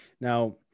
now